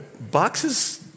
Boxes